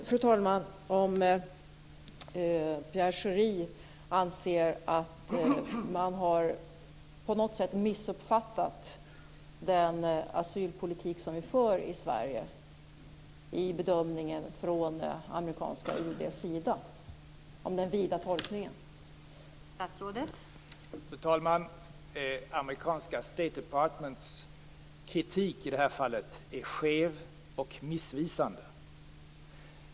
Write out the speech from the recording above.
Fru talman! Jag undrar om Pierre Schori anser att man i bedömningen från amerikanska UD:s sida på något sätt har missuppfattat den asylpolitik vi för i